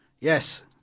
Yes